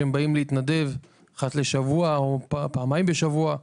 שבאים להתנדב פעם או פעמיים בשבוע.